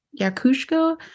yakushko